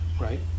right